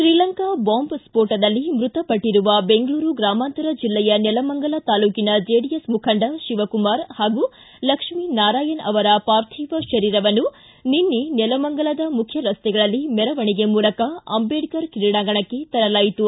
Sri Lanka bomb ಸ್ಫೋಟದಲ್ಲಿ ಮೃತಪಟ್ಟರುವ Bengaluru ಗ್ರಾಮಾಂತರ ಜಿಲ್ಲೆಯ ನೆಲಮಂಗಲ ತಾಲೂಕಿನ ಜೆಡಿಎಸ್ ಮುಖಂಡ ಶಿವಕುಮಾರ್ ಪಾಗೂ ಲಕ್ಷ್ಮೀನಾರಾಯಣ ಅವರ ಪಾರ್ಥಿವ ಶರೀರವನ್ನು ನಿನ್ನೆ ನೆಲಮಂಗಲದ ಮುಖ್ಯರಸ್ತೆಗಳಲ್ಲಿ ಮೆರವಣಿಗೆ ಮಾಡಿ ಮೂಲಕ ಅಂಬೇಡ್ಕರ್ ಕ್ರೀಡಾಂಗಣಕ್ಕೆ ತರಲಾಯಿತು